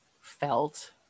felt